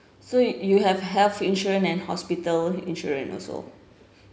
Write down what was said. so y~ you have health insurance and hospital insurance also